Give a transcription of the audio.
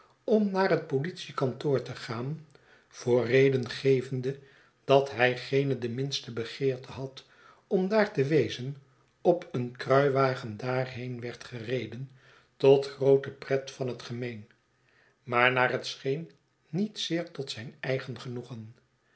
om naar het politiekantoor te gaan voor reden gevende dat hij geene de minste begeerte had om daar te wezen op een kruiwagen daarheen werd gereden tot groote pret van het gemeen maar naar het scheen niet zeer tot zijn eigen genoegen